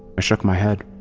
ah shook my head.